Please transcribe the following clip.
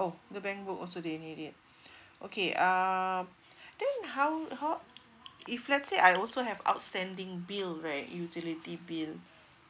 oh the bank book also they need it okay uh then how how if let's say I also have outstanding bill right utility bill